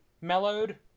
mellowed